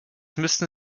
müssten